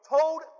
told